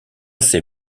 ses